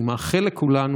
אני מאחל לכולנו,